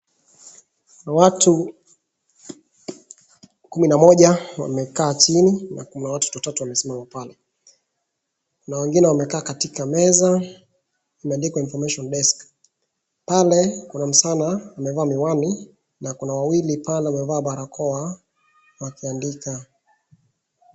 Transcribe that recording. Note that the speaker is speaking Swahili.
Watu kumi na moja wamekaa chini, na kuna watu watatu wamesimama pale. Kuna wengine wamekaa katika meza imeandikwa information desk . Pale kuna msichana amevaa miwani, na kuna wawili pale wamevaa barakoa, wakiandika.